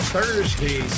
Thursday